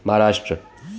Maharashtra